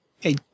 Hey